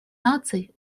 наций